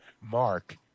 Mark